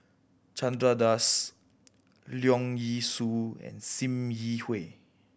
Chandra Das Leong Yee Soo and Sim Yi Hui